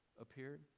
appeared